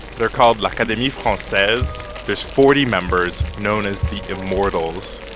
they're called l'academie francaise. there's forty members known as the immortals.